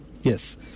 Yes